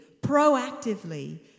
proactively